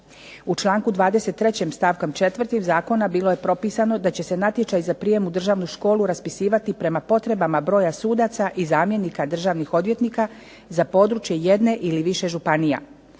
U članku 23. stavkom 4. Zakona bilo je propisano da će se natječaj za prijem u državnu školu raspisivati prema potrebama broja sudaca i zamjenika državnih odvjetnika za područje jedne ili više županija.